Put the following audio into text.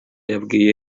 yabwiye